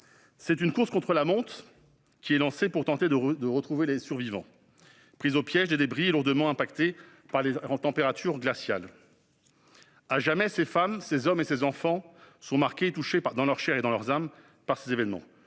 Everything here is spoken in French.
bien. Une course contre la montre est engagée pour tenter de retrouver les survivants, pris au piège des débris et lourdement affectés par des températures glaciales. À jamais, ces femmes, ces hommes et ces enfants seront marqués et touchés dans leur chair et dans leur âme par ces événements.